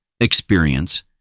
experience